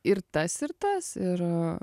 ir tas ir tas ir